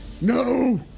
No